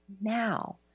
now